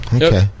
okay